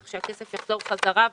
כך שהכסף יחזור בחזרה.